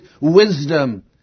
wisdom